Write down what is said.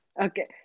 Okay